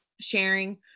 sharing